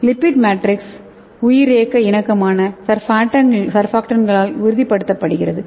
lipid matrix உயிரியக்க இணக்கமான சர்பாக்டான்ட்களால் உறுதிப்படுத்தப்படுகிறது